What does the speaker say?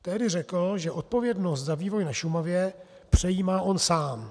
Tehdy řekl, že odpovědnost za vývoj na Šumavě přejímá on sám.